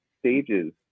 stages